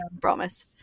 Promise